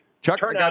Chuck